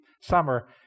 summer